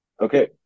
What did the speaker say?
Okay